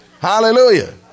Hallelujah